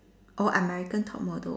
orh American top model